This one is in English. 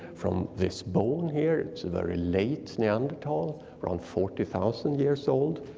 from this bone here, it's very late neanderthal, around forty thousand years old.